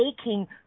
aching